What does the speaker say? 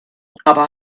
aber